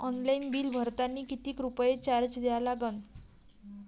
Online bill भरतानी कितीक रुपये चार्ज द्या लागन?